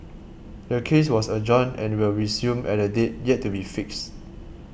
the case was adjourned and will resume at a date yet to be fixed